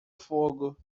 fogo